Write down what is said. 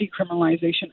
decriminalization